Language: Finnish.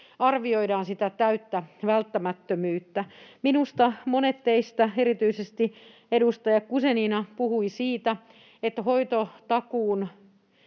arvioidaan sitä täyttä välttämättömyyttä. Minusta monet teistä puhuivat, erityisesti edustaja Guzenina puhui, siitä, että hoitotakuun